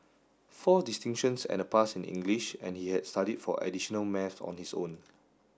four distinctions and a pass in English and he had studied for additional maths on his own